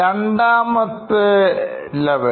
രണ്ടാമത്തെ ലെവൽ